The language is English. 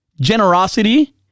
generosity